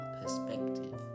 perspective